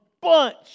bunch